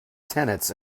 tenets